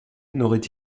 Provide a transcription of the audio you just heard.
n’aurait